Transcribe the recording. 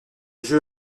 jeu